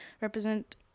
represent